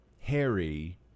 Harry